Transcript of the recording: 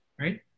Right